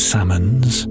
Salmon's